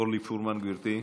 אורלי פרומן, גברתי.